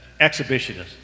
Exhibitionist